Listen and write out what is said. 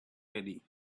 ready